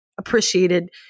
appreciated